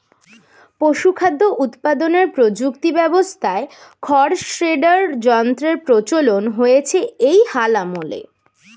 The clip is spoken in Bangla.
পশুখাদ্য উৎপাদনের প্রযুক্তি ব্যবস্থায় খড় শ্রেডার যন্ত্রের প্রচলন হয়েছে এই হাল আমলে